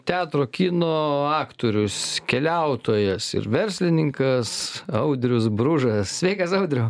teatro kino aktorius keliautojas ir verslininkas audrius bružas sveikas andriau